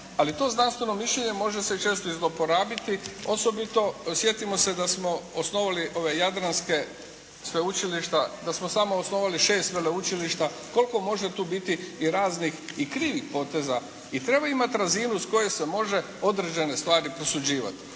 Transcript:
ali to znanstveno mišljenje može se često i zloporabiti osobito sjetimo se da smo osnovali ove jadranske sveučilišta, da smo samo osnovali šest veleučilišta, koliko može tu biti i raznih i krivih poteza i treba imati razinu s koje se može određene stvari posuđivati.